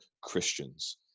Christians